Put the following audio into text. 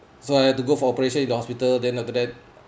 so I had to go for operation in the hospital then after that